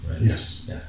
Yes